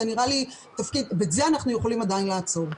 את זה אנחנו יכולים עדיין לעצור.